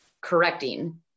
correcting